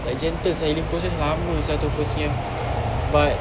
like gentle sia healing process lama sia tu first nya but